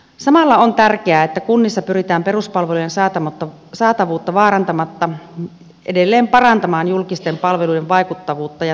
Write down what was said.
samalla on tärkeää että kunnissa pyritään peruspalvelujen saatavuutta vaarantamatta edelleen parantamaan julkisten palveluiden vaikuttavuutta ja tuloksellisuutta